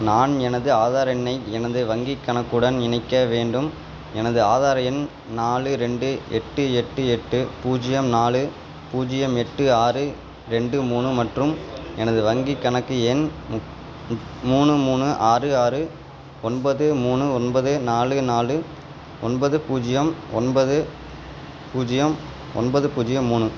நான் எனது ஆதார் எண்ணை எனது வங்கிக் கணக்குடன் இணைக்க வேண்டும் எனது ஆதார் எண் நாலு ரெண்டு எட்டு எட்டு எட்டு பூஜ்ஜியம் நாலு பூஜ்ஜியம் எட்டு ஆறு ரெண்டு மூணு மற்றும் எனது வங்கிக் கணக்கு எண் மு மு மூணு மூணு ஆறு ஆறு ஒன்பது மூணு ஒன்பது நாலு நாலு ஒன்பது பூஜ்ஜியம் ஒன்பது பூஜ்ஜியம் ஒன்பது பூஜ்ஜியம் மூணு